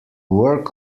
work